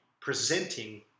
presenting